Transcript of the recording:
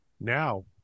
Now